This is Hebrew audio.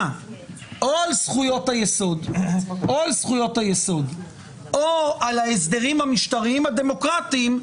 או על זכויות היסוד או על ההסדרים המשטריים הדמוקרטיים,